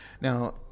now